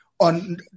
on